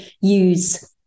use